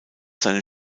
seine